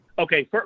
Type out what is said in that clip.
Okay